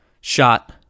shot